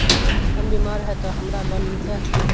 हम बीमार है ते हमरा लोन मिलते?